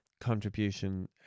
contribution